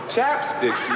Chapstick